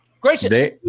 Gracious